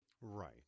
Right